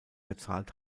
gezahlt